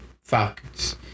Falcons